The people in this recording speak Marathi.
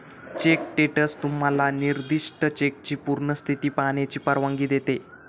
चेक स्टेटस तुम्हाला निर्दिष्ट चेकची पूर्ण स्थिती पाहण्याची परवानगी देते